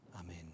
amen